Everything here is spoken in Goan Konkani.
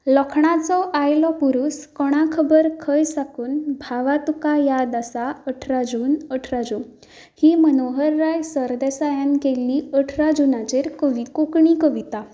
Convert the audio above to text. लोखणाचो आयलो पुरुस कोणाक खबर खंय साकून भावा तुका याद आसा अठरा जून अठरा जून